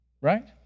Right